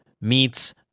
meets